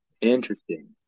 Interesting